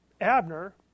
Abner